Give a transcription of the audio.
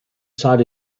sought